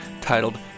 titled